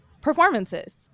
performances